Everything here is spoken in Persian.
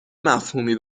مفهومی